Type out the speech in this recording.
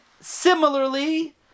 similarly